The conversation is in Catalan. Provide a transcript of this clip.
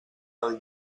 del